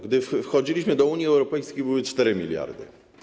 Gdy wchodziliśmy do Unii Europejskiej, były to 4 mld.